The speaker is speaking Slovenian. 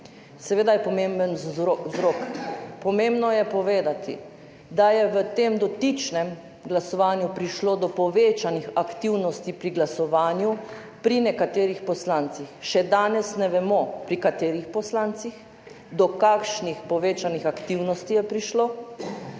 Seveda je pomemben vzrok, pomembno je povedati, da je v tem dotičnem glasovanju prišlo do povečanih aktivnosti pri glasovanju pri nekaterih poslancih. Še danes ne vemo, pri katerih poslancih, do kakšnih povečanih aktivnosti je prišlo,